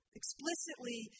explicitly